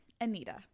Anita